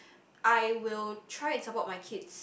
I will try and support my kids